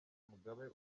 mugabe